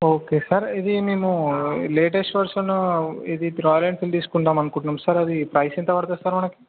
okay sir ఇది మేము latest version ఇది రాయల్ ఎన్ఫీల్డ్ తీసుకుందాం అనుకుంటున్నాం సార్ అది ప్రైస్ ఎంత పడుతుంది సార్ మనకు